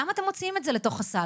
למה אתם מוציאים את זה לתוך הסל?